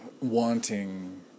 wanting